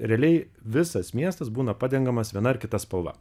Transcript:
realiai visas miestas būna padengiamas viena ar kita spalva